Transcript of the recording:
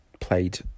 played